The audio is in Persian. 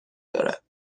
دارد